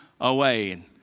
away